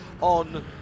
on